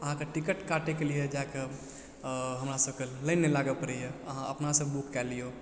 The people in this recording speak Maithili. अहाँके टिकट काटयके लिये जा कऽ हमरा सबके लाइन नहि लागऽ पड़ैया अहाँ अपनासँ बुक कए लियौ